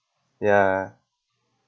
ya